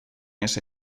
ese